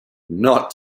not